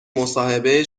مصاحبه